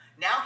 Now